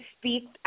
speak